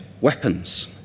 weapons